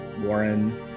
Warren